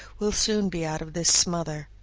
we'll soon be out of this smother.